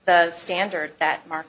the standard that mark